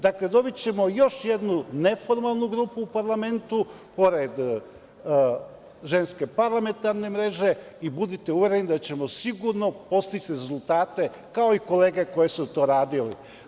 Dakle, dobićemo još jednu neformalnu grupu u parlamentu pored Ženske parlamentarne mreže i budite uvereni da ćemo sigurno postići rezultate kao i kolege koje su to radile.